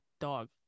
dog